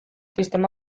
sistema